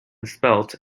spelt